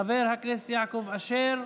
חבר הכנסת יעקב אשר,